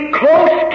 close